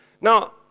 Now